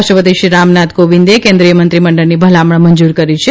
રાષ્ટ્રપતિશ્રી રામનાથ કોવિંદે કેન્દ્રિય મંત્રીમંડળની ભલામણ મંજૂર કરી છે